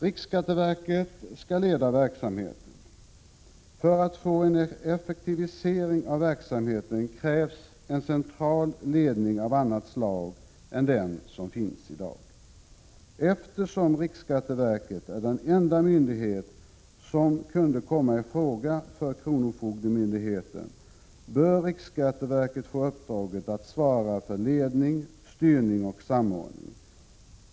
RSV skall leda verksamheten. För att få en effektivisering av verksamheten krävs en central ledning av annat slag än den som finns i dag. Eftersom RSV är den enda myndighet som kunde komma i fråga för kronofogdemyndigheten, bör RSV få uppdraget att svara för ledning, styrning och samordning.